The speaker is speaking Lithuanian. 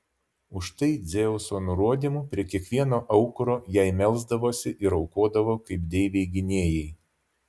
už tai dzeuso nurodymu prie kiekvieno aukuro jai melsdavosi ir aukodavo kaip deivei gynėjai